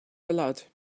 blood